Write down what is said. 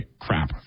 crap